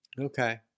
Okay